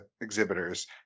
exhibitors